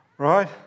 Right